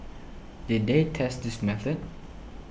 did they test this method